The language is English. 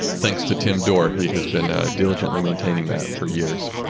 thanks to tim door. he has been ah diligently maintaining that for years.